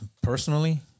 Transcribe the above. personally